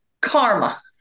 Karma